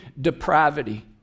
depravity